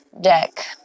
deck